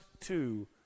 two